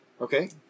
Okay